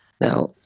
Now